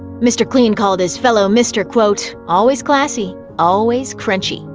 mr. clean called his fellow mr, quote, always classy, always crunchy,